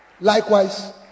Likewise